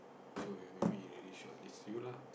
so he maybe he maybe shortlist you lah